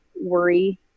worry